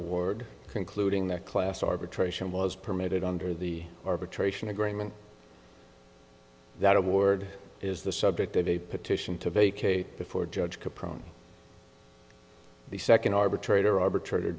award concluding that class arbitration was permitted under the arbitration agreement that award is the subject of a petition to vacate before a judge could prove the second arbitrator arbitrat